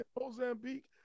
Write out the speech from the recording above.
Mozambique